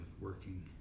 working